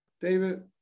David